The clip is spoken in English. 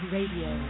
Radio